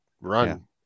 run